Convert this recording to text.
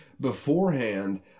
beforehand